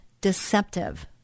deceptive